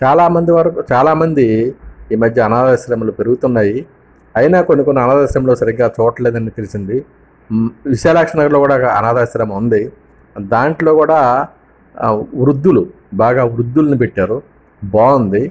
చాలామంది వరకు చాలామంది ఈమధ్య అనాధ ఆశ్రమాలు పెరుగుతున్నాయి అయినా కొన్ని కొన్ని అనాధశ్రమలో సరిగ్గా చూడట్లేదు అని తెలిసింది విశాలాక్షి నగర్లో కూడా అనాథ ఆశ్రమం ఉంది దాంట్లో కూడా వృద్ధులు బాగా వృద్ధులని పెట్టారు బాగుంది